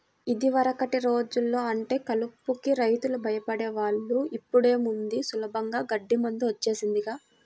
యిదివరకటి రోజుల్లో అంటే కలుపుకి రైతులు భయపడే వాళ్ళు, ఇప్పుడేముంది సులభంగా గడ్డి మందు వచ్చేసిందిగా